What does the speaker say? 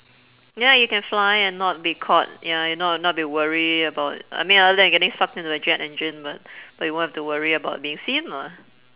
ya you can fly and not be caught ya you not not be worried about I mean other than getting sucked in a jet engine but but you won't have to worry about being seen lah